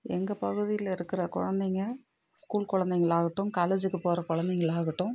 எங்கள் பகுதியில் இருக்கிற குழந்தைங்க ஸ்கூல் குழந்தைங்கள் ஆகட்டும் காலேஜுக்கு போகிற குழந்தைங்களாகட்டும்